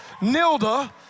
Nilda